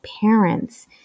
parents